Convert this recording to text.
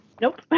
Nope